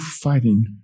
fighting